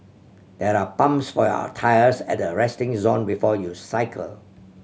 there are pumps for your tyres at the resting zone before you cycle